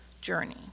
journey